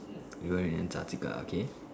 you're in Antarctica okay